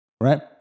right